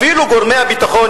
אפילו גורמי הביטחון,